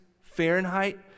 fahrenheit